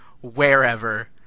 Wherever